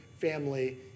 family